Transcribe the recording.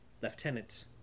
Lieutenant